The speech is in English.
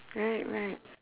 right right